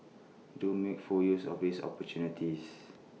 do make full use of these opportunities